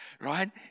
right